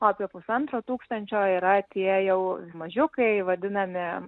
o apie pusantro tūkstančio yra tie jau mažiukai vadinami